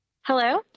Hello